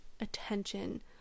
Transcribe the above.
attention